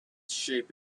shape